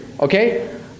Okay